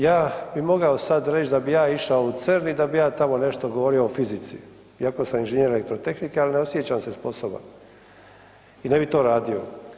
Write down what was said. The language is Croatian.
Ja bi mogao sad reć da bi ja išao u Cern i da bi ja tamo nešto govorio o fizici iako sam inženjer elektrotehnike, al ne osjećam se sposoban i ne bi to radio.